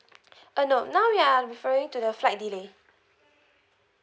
uh no now we are referring to the flight delay